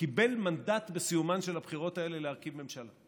קיבל מנדט בסיומן של הבחירות האלה להרכיב ממשלה.